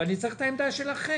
ואני צריך את העמדה שלכם.